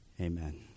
Amen